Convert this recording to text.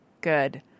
good